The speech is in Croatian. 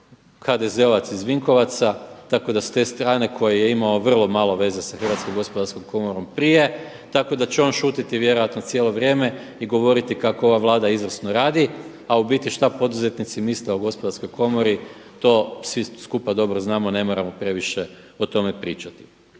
HDZ-ovac iz Vinkovaca, tako da s te strane koji je imao vrlo malo veze sa Hrvatskom gospodarskom komorom prije. Tako da će on šutiti vjerojatno cijelo vrijeme i govoriti kako ova Vlada izvrsno radi, a u biti šta poduzetnici misle o Gospodarskoj komori to svi skupa dobro znamo ne moramo previše o tome pričati.